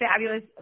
fabulous